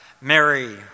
Mary